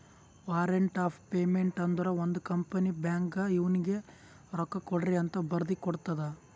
warrant of payment ಅಂದುರ್ ಒಂದ್ company ಬ್ಯಾಂಕ್ಗ್ ಇವ್ನಿಗ ರೊಕ್ಕಾಕೊಡ್ರಿಅಂತ್ ಬರ್ದಿ ಕೊಡ್ತದ್